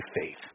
faith